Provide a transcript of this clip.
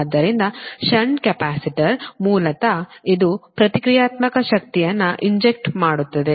ಆದ್ದರಿಂದ shunt capacitor ಮೂಲತಃ ಇದು ಪ್ರತಿಕ್ರಿಯಾತ್ಮಕ ಶಕ್ತಿಯನ್ನು ಇಂಜೆಕ್ಟ್ ಮಾಡುತ್ತದೆ